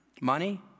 Money